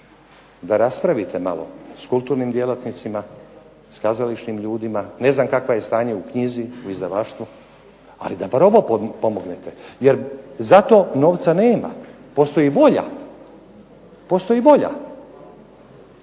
da raspravite malo s kulturnim djelatnicima, kazališnim ljudima, ne znam kakvo je stanje u knjizi u izdavaštvu, ali da bar ovo pomognete jer za to novca nema. Postoji volja, ali se ta volja